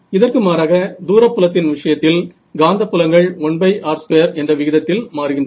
இதற்கு மாறாக தூரப் புலத்தின் விஷயத்தில் காந்தப் புலங்கள் 1r2 என்ற விகிதத்தில் மாறுகின்றன